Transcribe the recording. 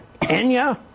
Enya